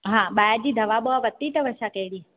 हा ॿाहिरि जी दवा बवा वरिती अथव छा कहड़ी